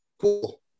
Cool